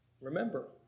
Remember